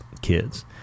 kids